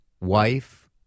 wife